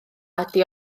ydi